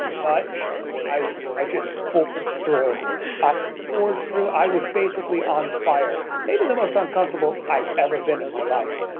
but i i just forged through. i forged through. i was basically on fire maybe the most uncomfortable i've ever been in my life.